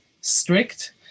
strict